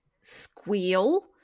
squeal